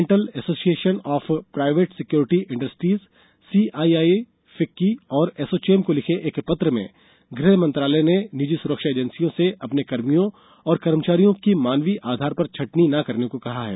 central association of private security industry CII FICCI और ASSOCHAM को लिखे एक पत्र में गृह मंत्रालय ने निजी सुरक्षा एजेंसियों से अपने कर्मियों और कर्मचारियों की मानवीय आधार पर छंटनी न करने को कहा है